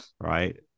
right